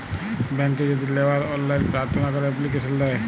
ব্যাংকে যদি লেওয়ার অললাইন পার্থনা ক্যরা এপ্লিকেশন দেয়